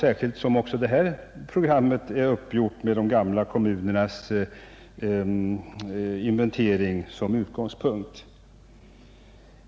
Även detta program är dessutom uppgjort med de gamla kommunernas inventering som utgångspunkt.